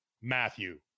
Matthew